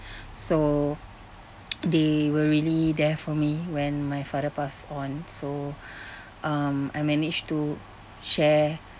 so they were really there for me when my father passed on so um I managed to share